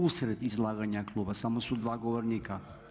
Usred izlaganja kluba, samo su dva govornika.